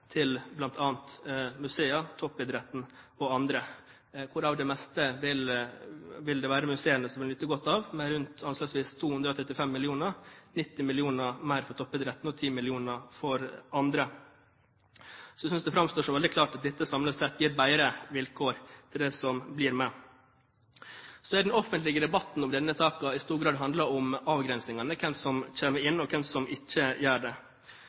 til bl.a. museer, toppidretten og andre – det meste av det vil det være museene som vil nyte godt av; rundt anslagsvis 235 mill. kr, 90 mill. kr mer for toppidretten og 10 mill. kr for andre. Samlet sett synes jeg det framstår som veldig klart at dette gir bedre vilkår for dem som blir med. Den offentlige debatten om dette handler i stor grad om avgrensningene, om hvem som kommer inn, og hvem som ikke gjør det.